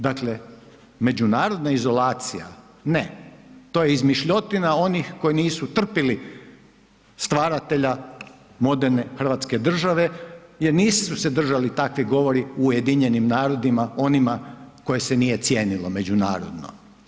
Dakle, međunarodna izolacija, ne, to je izmišljotina onih koji nisu trpili stvaratelja moderne hrvatske države jer nisu se držali takvi govori u UN-u, onima koje se nije cijenilo međunarodno.